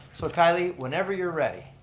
so kylie, whenever you're ready.